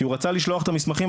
כי הוא רצה לשלוח את המסמכים,